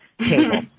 table